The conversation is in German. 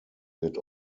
wird